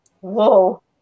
Whoa